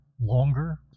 longer